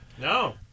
No